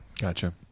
Gotcha